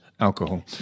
Alcohol